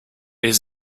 his